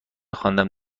خواندم